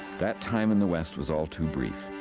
that time in the west was all too brief.